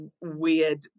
weird